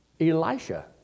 Elisha